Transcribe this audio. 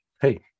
hey